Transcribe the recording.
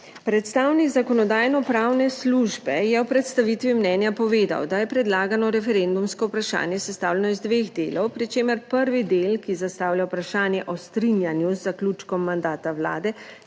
Predstavnik Zakonodajno-pravne službe je v predstavitvi mnenja povedal, da je predlagano referendumsko vprašanje sestavljeno iz dveh delov, pri čemer prvi del, ki zastavlja vprašanje o strinjanju z zaključkom mandata Vlade,